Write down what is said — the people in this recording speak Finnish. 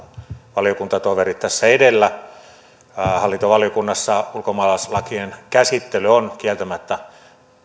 valiokuntatoveri tässä edellä hallintovaliokunnassa ulkomaalaislakien käsittely on kieltämättä